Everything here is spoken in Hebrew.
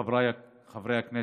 חבריי חברי הכנסת,